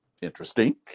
interesting